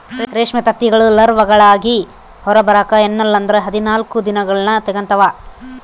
ರೇಷ್ಮೆ ತತ್ತಿಗಳು ಲಾರ್ವಾಗಳಾಗಿ ಹೊರಬರಕ ಎನ್ನಲ್ಲಂದ್ರ ಹದಿನಾಲ್ಕು ದಿನಗಳ್ನ ತೆಗಂತಾವ